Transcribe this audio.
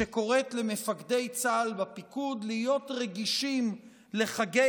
שקוראת למפקדי צה"ל בפיקוד להיות רגישים לחגם